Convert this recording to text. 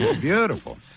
Beautiful